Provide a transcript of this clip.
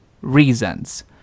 reasons